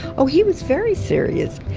oh he was very serious!